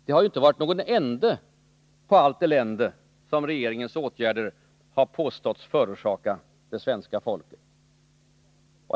Det har ju inte varit någon ände på allt elände som regeringens åtgärder har påståtts förorsaka det svenska folket.